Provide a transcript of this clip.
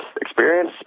experience